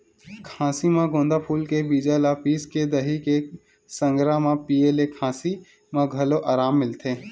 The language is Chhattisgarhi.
खाँसी म गोंदा फूल के बीजा ल पिसके दही के संघरा म पिए ले खाँसी म घलो अराम मिलथे